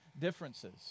differences